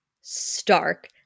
Stark